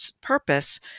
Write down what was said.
purpose